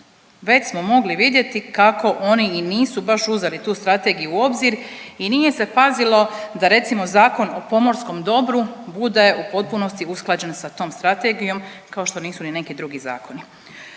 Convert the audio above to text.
već smo mogli vidjeti kako oni i nisu baš uzeli tu strategiju u obzir i nije se pazilo, da recimo, Zakon o pomorskom dobru bude u potpunosti usklađen sa tom Strategijom, kao što nisu ni neki drugi zakoni.